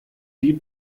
die